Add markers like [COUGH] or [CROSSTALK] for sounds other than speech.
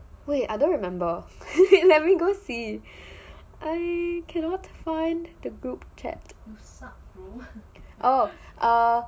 wait I don't remember memory [LAUGHS] let me go see I cannot find the group chat oh ugh